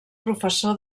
professor